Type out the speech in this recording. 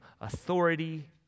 authority